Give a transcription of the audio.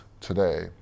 today